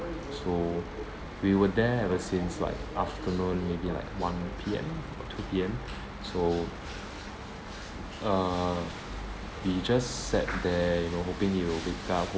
so we were there ever since like afternoon maybe like one P_M or two P_M so uh we just sat there you know hoping he will wake up